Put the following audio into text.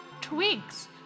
twigs